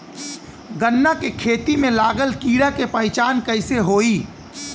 गन्ना के खेती में लागल कीड़ा के पहचान कैसे होयी?